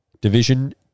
Division